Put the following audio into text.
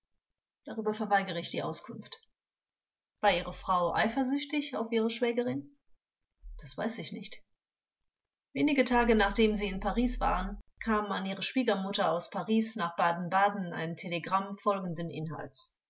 darüber verweigere ich die auskunft vors war ihre frau eifersüchtig auf ihre schwägerin angekl das weiß ich nicht vors wenige tage nachdem sie in paris waren kam an ihre schwiegermutter aus paris nach baden baden ein telegramm folgenden inhalts